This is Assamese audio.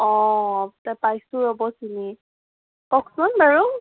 অঁ তা পাইছোঁ ৰ'ব চিনি কওকচোন বাৰু